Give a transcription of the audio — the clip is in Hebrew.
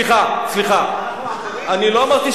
סליחה, סליחה, אנחנו אחרים?